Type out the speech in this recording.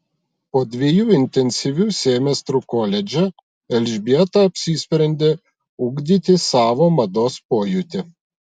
po dviejų intensyvių semestrų koledže elžbieta apsisprendė ugdyti savo mados pojūtį